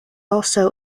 also